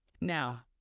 Now